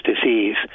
disease